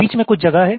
बीच में कुछ जगह है